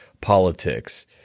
politics –